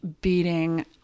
beating